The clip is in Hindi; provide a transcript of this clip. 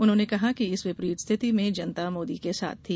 उन्होंने कहा कि इस विपरीत स्थिति में जनता मोदी के साथ थी